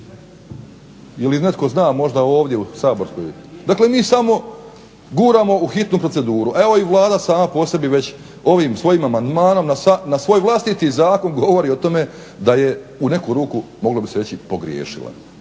Ili netko zna možda ovdje u saborskoj. Dakle mi samo guramo u hitnu proceduru. Evo i Vlada sama po sebi već ovim svojim amandmanom na svoj vlastiti zakon govori o tome da je u neku ruku moglo bi se reći pogriješila.